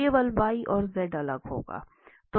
केवल y और z अलग होगा